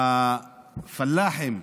הפלאחים,